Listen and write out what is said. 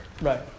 Right